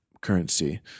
currency